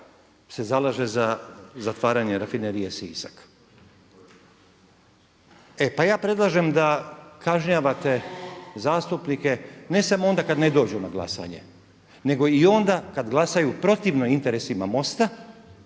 se zalaže za zatvaranje rafinerije Sisak. E pa ja predlažem da kažnjavate zastupnike ne samo ona kad ne dođu na glasanje, nego i onda kad glasaju protivno interesima MOST-a